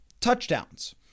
touchdowns